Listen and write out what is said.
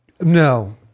No